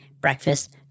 breakfast